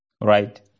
right